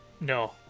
no